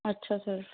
ਅੱਛਾ ਸਰ